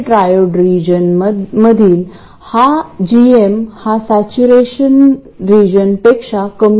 आपल्याजवळ signal source Vs आहे आणि VGS ची quiescent value operating point value काहीही असू द्या पण dc सोर्स VGS0 आहे